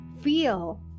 feel